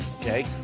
Okay